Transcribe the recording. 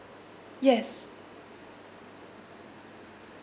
yes